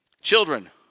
Children